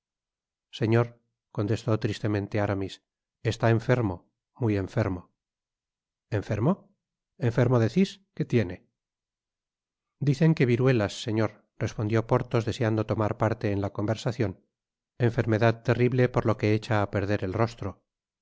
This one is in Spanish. señor contestó fristemente aramis está enfermo muy enfermo enfermo enfermo decis qué tiene dicen que viruelas señor respondió porthos deseando tomar parte en la conversacion enfermedad terrible por lo que echa á perder el rostro